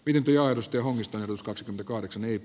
pidempioidusti hongiston ruskaswing kahdeksan yip